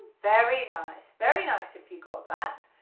very nice, very nice if you got that,